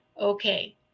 Okay